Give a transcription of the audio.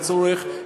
לצורך,